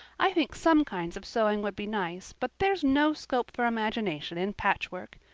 i think some kinds of sewing would be nice but there's no scope for imagination in patchwork.